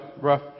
rough